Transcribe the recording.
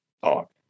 talk